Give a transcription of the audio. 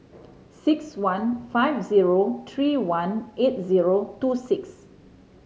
six one five zero three one eight zero two six